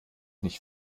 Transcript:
nicht